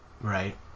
Right